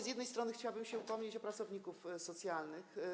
Z jednej strony chciałabym się upomnieć o pracowników socjalnych.